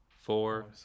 four